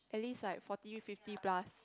at least like forty fifty plus